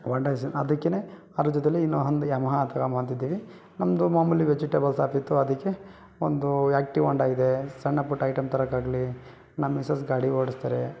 ಹೋಂಡಾ ಅದಕ್ಕೇನೆ ಅದ್ರ ಜೊತೇಲಿ ಇನ್ನೊಂದು ಯಮಹ ತಗೊಂಬ ಅಂತಿದ್ದೀವಿ ನಮ್ಮದು ಮಾಮೂಲಿ ವೆಜೆಟೇಬಲ್ ಶಾಪ್ ಇತ್ತು ಅದಕ್ಕೆ ಒಂದು ಆ್ಯಕ್ಟಿವಾ ಹೋಂಡಾ ಇದೆ ಸಣ್ಣ ಪುಟ್ಟ ಐಟಮ್ ತರೋಕಾಗ್ಲಿ ನಮ್ಮ ಮಿಸಸ್ ಗಾಡಿ ಓಡಿಸ್ತಾರೆ